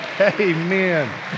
Amen